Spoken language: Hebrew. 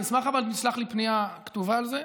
אבל אני אשמח אם תשלח לי פנייה כתובה על זה,